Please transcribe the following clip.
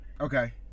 Okay